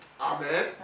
Amen